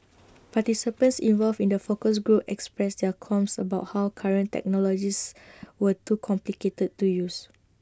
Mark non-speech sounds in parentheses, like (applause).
(noise) participants involved in the focus groups expressed their qualms about how current technologies were too complicated to use